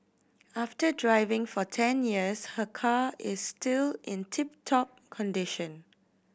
after driving for ten years her car is still in tip top condition